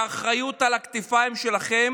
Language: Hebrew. כשהאחריות על הכתפיים שלכם,